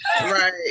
Right